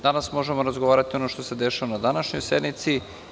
Danas možemo razgovarati o onome što se dešava na današnjoj sednici.